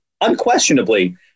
unquestionably